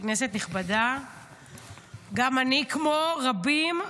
כנסת נכבדה, גם אני, כמו רבים,